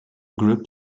group